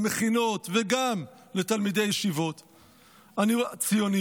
למכינות וגם לתלמידי ישיבות ציוניות,